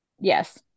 yes